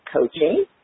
coaching